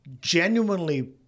genuinely